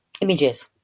images